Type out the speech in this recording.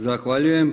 Zahvaljujem.